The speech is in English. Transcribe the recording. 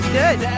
good